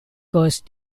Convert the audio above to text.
curse